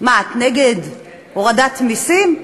מה, את נגד הורדת מסים?